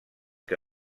que